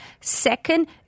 Second